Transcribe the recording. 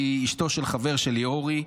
היא אשתו של חבר שלי אורי,